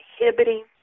inhibiting